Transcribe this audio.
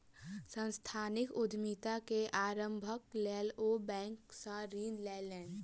सांस्थानिक उद्यमिता के आरम्भक लेल ओ बैंक सॅ ऋण लेलैन